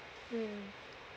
um